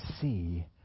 see